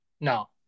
no